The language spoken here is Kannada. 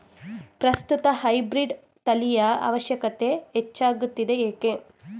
ಪ್ರಸ್ತುತ ಹೈಬ್ರೀಡ್ ತಳಿಯ ಅವಶ್ಯಕತೆ ಹೆಚ್ಚಾಗುತ್ತಿದೆ ಏಕೆ?